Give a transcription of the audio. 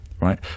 right